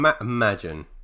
imagine